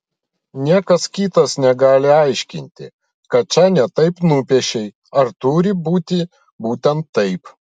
niekas kitas negali aiškinti kad čia ne taip nupiešei ar turi būti būtent taip